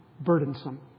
burdensome